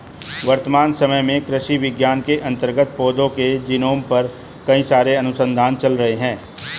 वर्तमान समय में कृषि विज्ञान के अंतर्गत पौधों के जीनोम पर कई सारे अनुसंधान चल रहे हैं